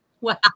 Wow